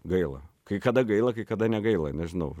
gaila kai kada gaila kai kada negaila nežinau